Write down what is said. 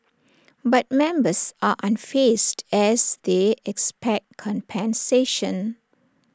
but members are unfazed as they expect compensation